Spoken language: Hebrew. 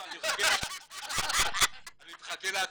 לא, חיכיתי להתקפה.